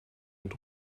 mit